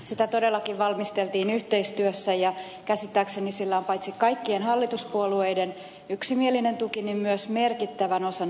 sitä todellakin valmisteltiin yhteistyössä ja käsittääkseni sillä on paitsi kaikkien hallituspuolueiden yksimielinen tuki myös merkittävän osan oppositiota tuki